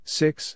six